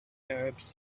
arabs